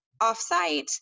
off-site